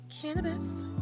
cannabis